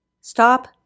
Stop